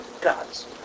gods